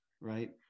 Right